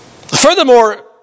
Furthermore